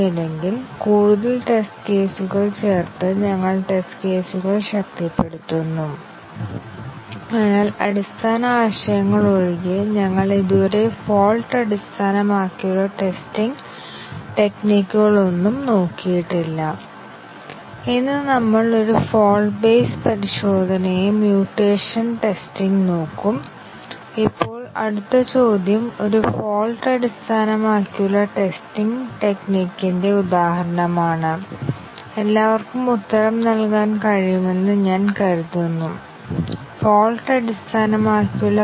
അതിനാൽ ഇത്തരത്തിലുള്ള സ്റ്റേറ്റ്മെൻറ്കൾ ആയി ബന്ധപ്പെട്ട ഫ്ലോ നമുക്ക് വരയ്ക്കാൻ കഴിയുമെങ്കിൽ CFGയിൽ ആവശ്യമായ എഡ്ജുകൾ ഇത്തരത്തിലുള്ള സ്റ്റേറ്റ്മെൻറ്കൾക്കായി ഫ്ലോ ഗ്രാഫ് നിയന്ത്രിക്കുക തുടർന്ന് നമുക്ക് പ്രോഗ്രാമിലൂടെ നോക്കാം കൂടാതെ ഓരോ സ്റ്റേറ്റ്മെൻറ് നും നമുക്ക് ആർബീട്രറി പ്രോഗ്രാം നൽകിയ എഡ്ജുകൾ വരയ്ക്കാൻ കഴിയും ഞങ്ങൾക്ക് CFG വരയ്ക്കാൻ കഴിയും